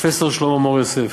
פרופסור שלמה מור-יוסף,